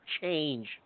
change